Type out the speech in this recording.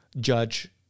judge